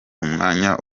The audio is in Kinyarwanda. umwanya